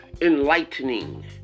enlightening